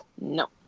No